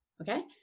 Okay